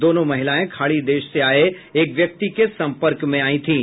दोनों महिलाएं खाड़ी देश से आये एक व्यक्ति के सम्पर्क में आयी थीं